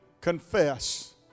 confess